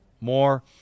More